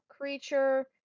creature